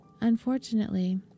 Unfortunately